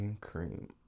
Cream